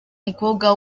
umukobwa